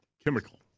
Chemical